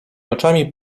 oczami